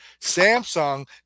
Samsung